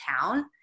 town